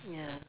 ya